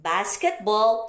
Basketball